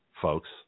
folks